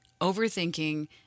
overthinking